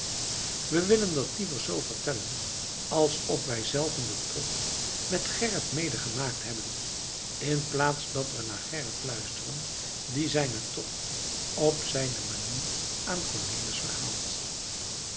we willen dat liever zoo vertellen alsof wijzelven den tocht met gerrit mede gemaakt hebben inplaats dat we naar gerrit luisteren die zijnen tocht op zijne manier aan cornelis verhaalt